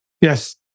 Yes